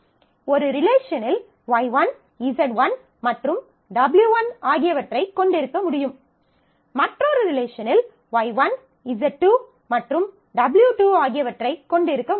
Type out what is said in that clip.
ஒரு ரிலேஷனில் Y1 Z1 மற்றும் W1 ஆகியவற்றைக் கொண்டிருக்க முடியும் மற்றொரு ரிலேஷனில் Y1 Z 2 மற்றும் W2 ஆகியவற்றைக் கொண்டிருக்க முடியும்